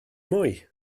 mwy